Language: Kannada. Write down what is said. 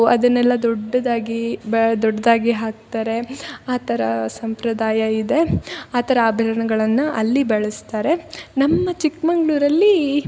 ಅದನ್ನೆಲ್ಲ ದೊಡ್ಡುದಾಗಿ ಬ ದೊಡ್ದಾಗಿ ಹಾಕ್ತಾರೆ ಆ ಥರ ಸಂಪ್ರದಾಯ ಇದೆ ಆ ಥರ ಆಭರ್ಣಗಳನ್ನ ಅಲ್ಲಿ ಬಳಸ್ತಾರೆ ನಮ್ಮ ಚಿಕ್ಕಮಗ್ಳೂರಲ್ಲಿ